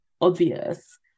obvious